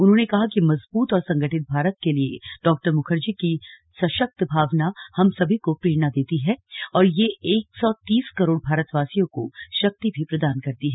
उन्होंने कहा कि मजबूत और संगठित भारत के लिए डॉ मुखर्जी की सशक्त भावना हम सभी को प्रेरणा देती है और यह एक सौ तीस करोड़ भारतवासियों को शक्ति भी प्रदान करती है